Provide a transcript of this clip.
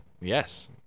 Yes